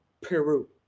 Peru